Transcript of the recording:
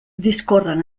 discorren